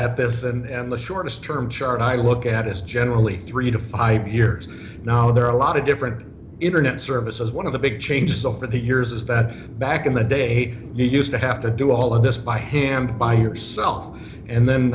at this and the shortest term chart i look at is generally three to five years now there are a lot of different internet services one of the big changes over the years is that back in the day you used to have to do all of this by hand by yourselves and then